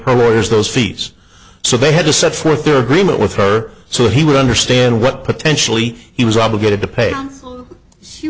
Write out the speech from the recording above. her lawyers those feats so they had to set forth their agreement with her so he would understand what potentially he was obligated to pay